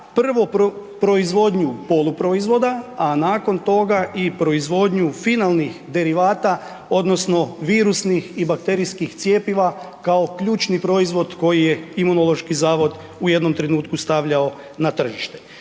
prvo proizvodnju poluproizvoda, a nakon toga i proizvodnju finalnih derivata, odnosno virusnih i bakterijskih cjepiva kao ključni proizvod koji je Imunološki zavod u jednom trenutku stavljao na tržište.